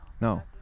No